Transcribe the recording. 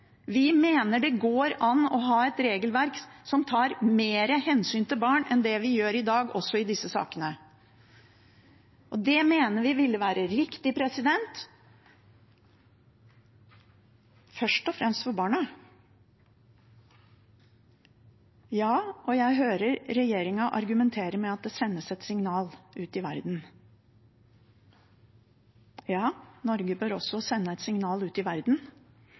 Vi mener det går an å ha et regelverk som tar mer hensyn til barn enn det vi gjør i dag, også i disse sakene. Det mener vi ville være riktig, først og fremst for barna. Jeg hører at regjeringen argumenterer med at det sendes et signal ut i verden. Ja, Norge bør også sende et signal ut i verden